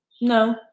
No